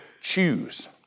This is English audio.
choose